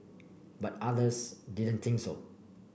but others didn't think so